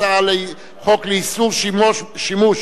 הצעת חוק לאיסור שימוש